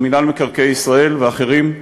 או מינהל מקרקעי ישראל ואחרים,